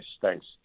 Thanks